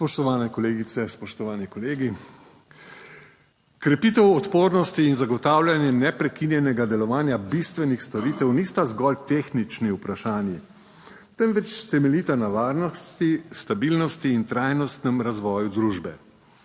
Spoštovane kolegice, spoštovani kolegi! Krepitev odpornosti in zagotavljanje neprekinjenega delovanja bistvenih storitev nista zgolj tehnični vprašanji, temveč temeljita na varnosti, stabilnosti in trajnostnem razvoju družbe.